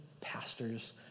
pastors